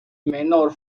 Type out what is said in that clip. menor